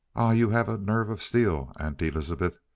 ah, you have a nerve of steel, aunt elizabeth!